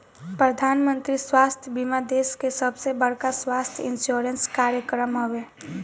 प्रधानमंत्री स्वास्थ्य बीमा देश के सबसे बड़का स्वास्थ्य इंश्योरेंस कार्यक्रम हवे